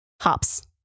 Hops